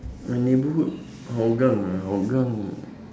my neighbourhood hougang ah hougang